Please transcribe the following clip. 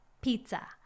pizza